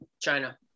China